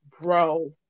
bro